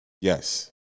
yes